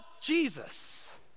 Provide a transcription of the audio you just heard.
Jesus